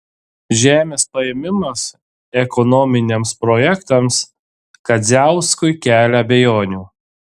žemės paėmimas ekonominiams projektams kadziauskui kelia abejonių